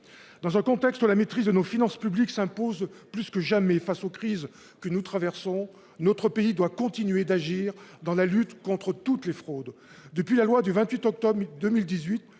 Dans un contexte où la maîtrise de nos finances publiques s'impose plus que jamais face aux crises que nous traversons, notre pays doit continuer de lutter contre toutes les fraudes. Depuis la loi du 28 octobre 2018